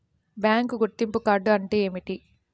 Bank గుర్తింపు card అంటే ఏమిటి?